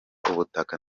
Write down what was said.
ubutaka